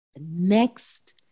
next